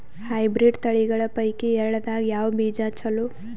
Hybrid ತಳಿಗಳ ಪೈಕಿ ಎಳ್ಳ ದಾಗ ಯಾವ ಬೀಜ ಚಲೋ?